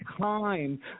time